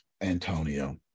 Antonio